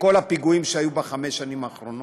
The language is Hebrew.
בכל הפיגועים שהיו בחמש השנים האחרונות,